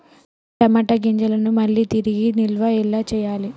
టమాట గింజలను మళ్ళీ తిరిగి నిల్వ ఎలా చేయాలి?